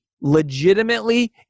legitimately